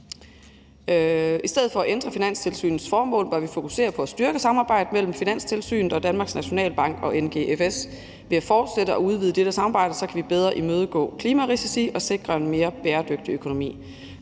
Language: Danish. I stedet for at ændre Finanstilsynets formål bør vi fokusere på at styrke samarbejdet mellem Finanstilsynet og Danmarks Nationalbank og NGFS. Ved at fortsætte og udvide dette samarbejde kan vi bedre imødegå klimarisici og sikre en mere bæredygtig økonomi.